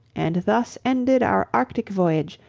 and thus ended our arctic voyage,